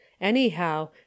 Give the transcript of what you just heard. Anyhow